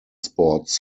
sports